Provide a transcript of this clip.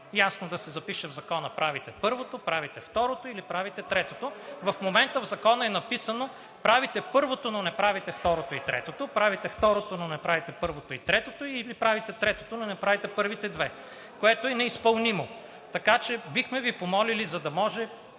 Ясно да се запише в Закона: правите първото, правите второто или правите третото, а в момента в Закона е написано: правите първото, но не правите второто и третото, правите второто, но не правите първото и третото или правите третото, но не правите първите две, което е неизпълнимо. Така че бихме Ви помолили, за да може